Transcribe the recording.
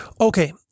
Okay